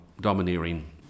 domineering